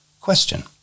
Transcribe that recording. Question